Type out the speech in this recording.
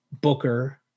Booker